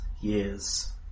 years